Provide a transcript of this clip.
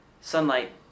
Sunlight